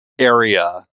area